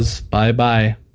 Bye-bye